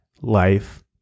life